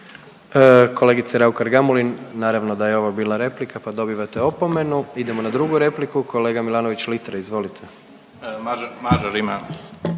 Kolegice Raukar-Gamulin naravno da je ovo bila replika, pa dobivate opomenu. Idemo na drugu repliku, kolega Milanović Litre izvolite. …/Upadica